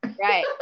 right